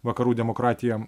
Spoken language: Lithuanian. vakarų demokratija